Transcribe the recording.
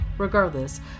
Regardless